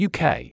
UK